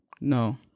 No